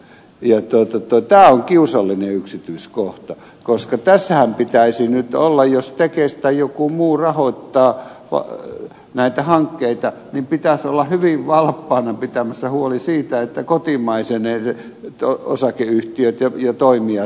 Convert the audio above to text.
tämä on kiusallinen yksityiskohta koska tässähän pitäisi nyt olla jos tekes tai joku muu rahoittaa näitä hankkeita hyvin valppaana pitämässä huoli siitä että kotimaiset osakeyhtiöt ja toimijat hoitavat homman loppuun